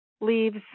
leaves